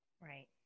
Right